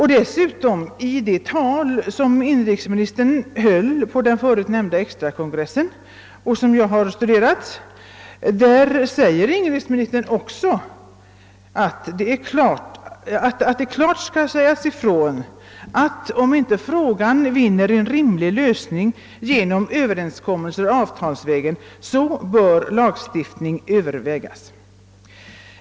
I ett tal på den förut nämnda extrakongressen sade inrikesministern dessutom att det klart skall sägas ifrån att om inte frågan finner en rimlig lösning genom överenskommelse avtalsvägen, så bör lagstiftning övervägas.